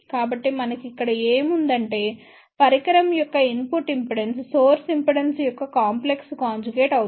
కాబట్టిమనకి ఇక్కడ ఏముందంటే పరికరం యొక్క ఇన్పుట్ ఇంపిడెన్స్ సోర్స్ ఇంపిడెన్స్ యొక్క కాంప్లెక్స్ కాంజుగేట్ అవుతుంది